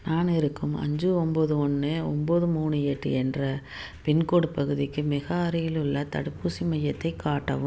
நான் இருக்கும் அஞ்சு ஒம்பது ஒன்று ஒம்பது மூணு எட்டு என்ற பின்கோடு பகுதிக்கு மிக அருகிலுள்ள தடுப்பூசி மையத்தை காட்டவும்